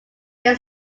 him